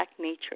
nature